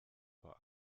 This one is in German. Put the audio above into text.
vor